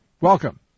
Welcome